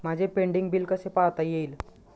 माझे pending bill कसे पाहता येईल?